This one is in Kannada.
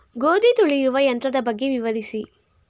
ಗೋಧಿ ತುಳಿಯುವ ಯಂತ್ರದ ಬಗ್ಗೆ ವಿವರಿಸಿ?